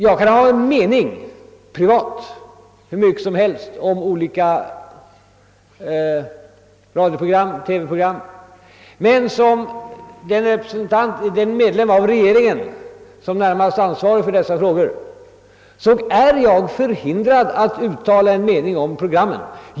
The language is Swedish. Jag kan ha en mening privat om olika radiooch TV-program, men såsom den medlem av regeringen som närmast bär ansvaret för dessa frågor är jag förhindrad att uttala en mening om programmen.